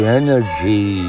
energy